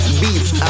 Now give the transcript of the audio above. beats